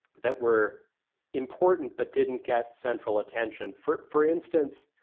that were important but didn't get central attention. for for instance,